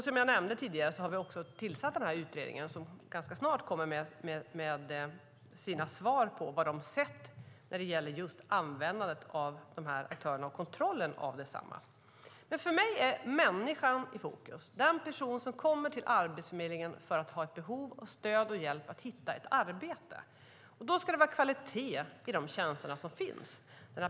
Som jag nämnde tidigare har vi tillsatt utredningen som ganska snart kommer med sina svar på vad de sett när det gäller just användandet av de kompletterande aktörerna och kontrollen av desamma. För mig är människan i fokus. När en person med behov av stöd och hjälp att hitta ett arbete kommer till Arbetsförmedlingen ska det vara kvalitet i de tjänster som finns.